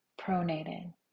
pronated